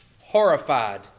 Horrified